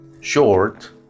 short